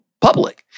public